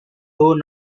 though